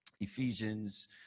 Ephesians